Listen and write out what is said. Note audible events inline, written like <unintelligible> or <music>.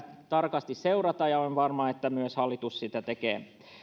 <unintelligible> tarkasti seurata ja olen varma että hallitus sitä myös tekee